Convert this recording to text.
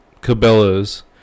Cabela's